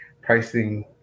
pricing